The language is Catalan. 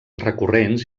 recurrents